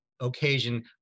occasion